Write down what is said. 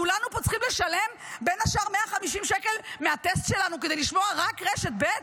כולנו פה צריכים לשלם בין השאר 150 שקל מהטסט שלנו כדי לשמוע רק רשת ב'?